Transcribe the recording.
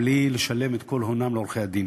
בלי לשלם את כל הונם לעורכי-דין.